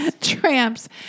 Tramps